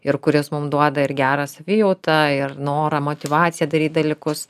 ir kuris mum duoda ir gerą savijautą ir norą motyvaciją daryt dalykus